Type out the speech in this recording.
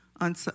on